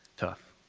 tough,